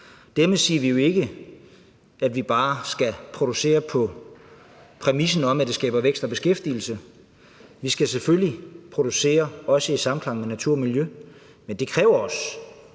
Dermed siger vi jo ikke, at vi bare skal producere ud fra præmissen om, at det skaber vækst og beskæftigelse. Vi skal selvfølgelig også producere i samklang med natur og miljø, men det kræver også,